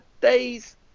days